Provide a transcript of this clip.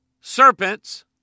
serpents